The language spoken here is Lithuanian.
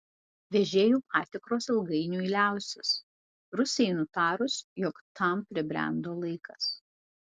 vežėjų patikros ilgainiui liausis rusijai nutarus jog tam pribrendo laikas